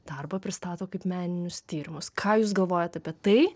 darbą pristato kaip meninius tyrimus ką jūs galvojat apie tai